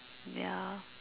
ya